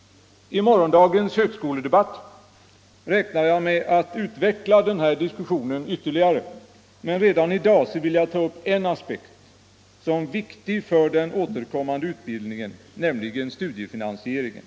I morgondagens högskoledebatt räknar jag med att utveckla den här diskussionen ytterligare, men redan i dag vill jag ta upp en - Nr 83 aspekt som viktig för den återkommande utbildningen, nämligen stu Tisdagen den diefinansieringen.